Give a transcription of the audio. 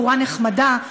בחורה נחמדה",